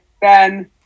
Ben